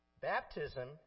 Baptism